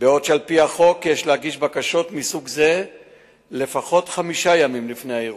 בעוד שעל-פי החוק יש להגיש בקשות מסוג זה לפחות חמישה ימים לפני האירוע.